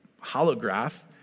holograph